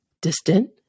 distant